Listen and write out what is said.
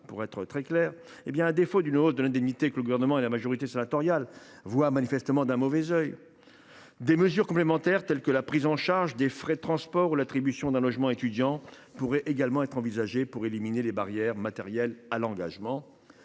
qu’à percevoir le revenu de solidarité active (RSA) –, que le Gouvernement et la majorité sénatoriale voient manifestement d’un mauvais œil, des mesures complémentaires telles que la prise en charge des frais de transport ou l’attribution d’un logement étudiant pourraient être envisagées pour éliminer les barrières matérielles à l’engagement.